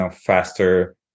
faster